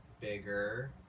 bigger